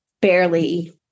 barely